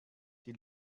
die